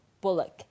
Bullock